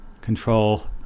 control